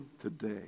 today